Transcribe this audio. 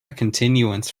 continuance